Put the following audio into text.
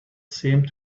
seemed